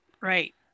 Right